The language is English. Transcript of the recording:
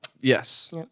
yes